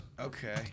Okay